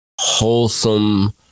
wholesome